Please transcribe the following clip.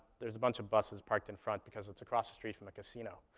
there's a bunch of buses parked in front because it's across the street from a casino.